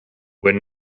were